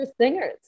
singers